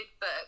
book